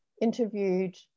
interviewed